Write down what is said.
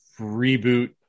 reboot